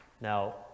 Now